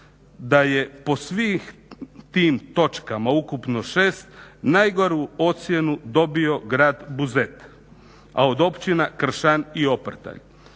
da je po svim tim točkama, ukupno 6, najgoru ocjenu dobio grad Buzet, a od općina Kršan i Oprtalj.